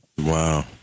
Wow